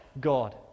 God